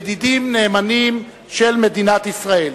ידידים נאמנים של מדינת ישראל.